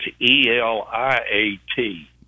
E-L-I-A-T